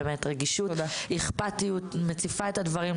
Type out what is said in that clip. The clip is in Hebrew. רגישות, אכפתיות, מציפה את הדברים.